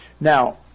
Now